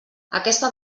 aquesta